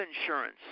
insurance